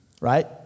Right